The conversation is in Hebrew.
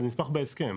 זה נספח בהסכם